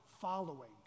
following